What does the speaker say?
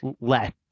let